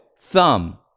thumb